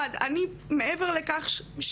אני נחשפת לקהל של ילדים,